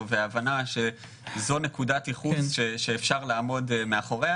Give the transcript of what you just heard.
וההבנה שזו נקודת ייחוס שאפשר לעמוד מאחוריה,